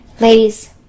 Ladies